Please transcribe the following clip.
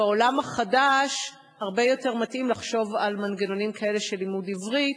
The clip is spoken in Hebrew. בעולם החדש הרבה יותר מתאים לחשוב על מנגנונים כאלה של לימוד עברית.